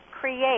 create